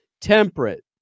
temperate